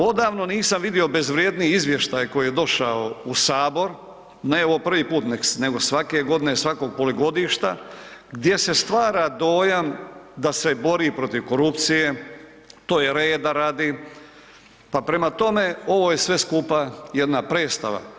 Odavno nisam vidio bezvrjedniji izvještaj koji je došao u Sabor, ne ovo prvi put, nego svake godine, svakog polugodišta, gdje se stvara dojam da se bori protiv korupcije, to je reda radi, pa prema tome, ovo je sve skupa jedna predstava.